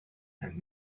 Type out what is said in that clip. and